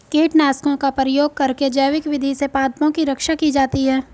कीटनाशकों का प्रयोग करके जैविक विधि से पादपों की रक्षा की जाती है